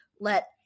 let